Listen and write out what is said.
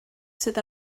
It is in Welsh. sydd